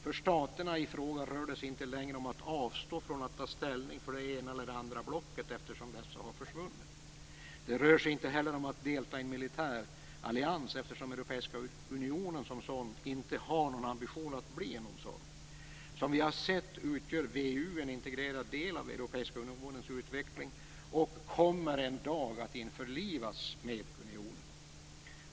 För staterna i fråga rör det sig inte längre om att avstå från att ta ställning för det ena eller andra blocket, eftersom dessa har försvunnit. Det rör sig inte heller om att delta i en militärallians, eftersom Europeiska unionen, som sådan, inte har som främsta ambition att bli någon sådan. Som vi har sett utgör VEU en integrerad del av Europeiska unionens utveckling och kommer en dag att införlivas med den.